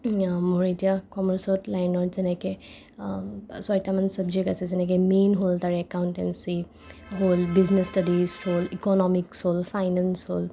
মোৰ এতিয়া কমাৰ্চত লাইনত যেনেকে ছয়টামান চাবজেক্ট আছে যেনেকে মেইন হ'ল তাৰে একউণ্টেচি হ'ল বিজনেচ ষ্টাডিজ হ'ল ইক'নমিক্স হ'ল ফাইনেঞ্চ হ'ল